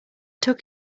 took